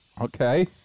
Okay